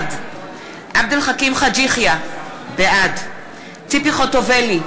בעד עבד אל חכים חאג' יחיא, בעד ציפי חוטובלי,